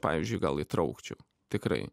pavyzdžiui gal įtraukčiau tikrai